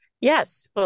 Yes